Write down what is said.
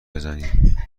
بزنی